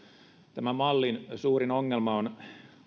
tämän mallin suurin ongelma on